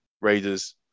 Raiders